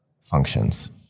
functions